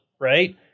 right